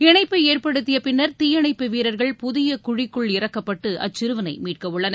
இணைப்பு ஏற்படுத்திய பின்னா் தீயணைப்பு வீரா்கள் புதிய குழிக்குள் இறக்கப்பட்டு அச்சிறுவனை மீட்க உள்ளன்